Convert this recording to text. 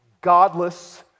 godless